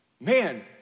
Man